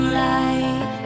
light